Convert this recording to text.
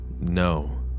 no